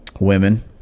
women